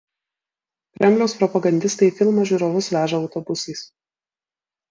kremliaus propagandistai į filmą žiūrovus veža autobusais